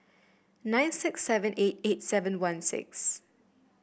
nine six seven eight eight seven one six